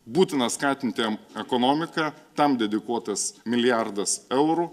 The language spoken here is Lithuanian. būtina skatinti ekonomiką tam dedikuotas milijardas eurų